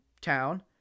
town